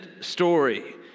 story